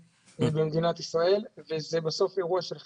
במדינת ישראל וזה בסוף אירוע של חשמל.